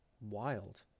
wild